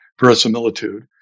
verisimilitude